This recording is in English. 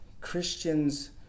christians